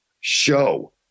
show